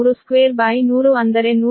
432100ಅಂದರೆ 128